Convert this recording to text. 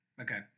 Okay